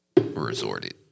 resorted